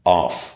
off